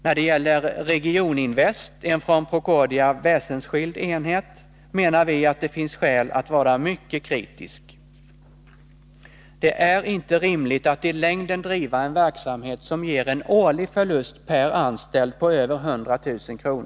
När det gäller Regioninvest, en från Procordia väsensskild enhet, menar vi att det finns skäl att vara mycket kritisk. Det är inte rimligt att i längden driva en verksamhet som ger en årlig förlust per anställd på över 100 000 kr.